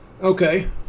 Okay